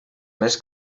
més